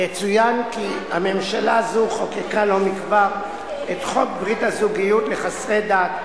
יצוין כי ממשלה זו חוקקה לא מכבר את חוק ברית הזוגיות לחסרי דת,